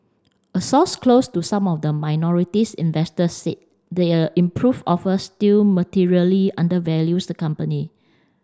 a source close to some of the minorities investors said the improved offer still materially undervalues the company